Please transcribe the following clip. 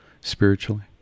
spiritually